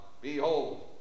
Behold